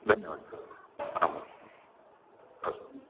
धन्यवादः आमाम् अस्तु